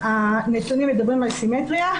הנתונים מדברים על סימטריה.